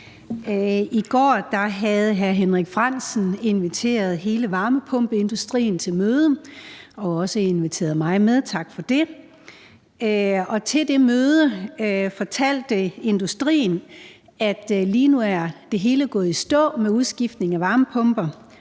I går havde hr. Henrik Frandsen inviteret hele varmepumpeindustrien til møde og også inviteret mig med – tak for det. Til det møde fortalte industrien, at lige nu er det helt gået i stå med udskiftningen til varmepumper,